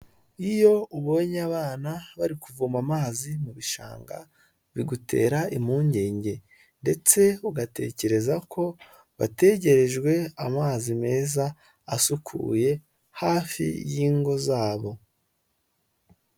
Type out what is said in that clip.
Iyo ubonye abana bari kuvoma amazi mu bishanga, bigutera impungenge. Ndetse ugatekereza ko bategerejwe amazi meza asukuye, hafi y'ingo zabo.